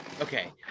Okay